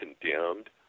condemned